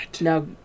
Now